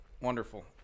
wonderful